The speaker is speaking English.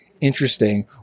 interesting